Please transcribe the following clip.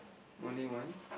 only one